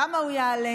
כמה הוא יעלה,